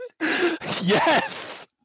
Yes